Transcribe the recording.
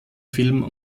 film